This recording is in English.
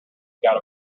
got